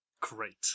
Great